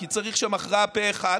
כי צריך שם הצבעה פה אחד.